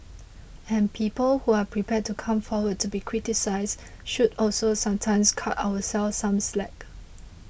and people who are prepared to come forward to be criticised should also sometimes cut ourselves some slack